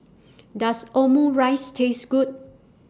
Does Omurice Taste Good